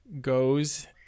goes